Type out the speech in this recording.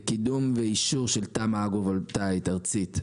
קידום ואישור של תמ"א אגרו-וולטאית ארצית,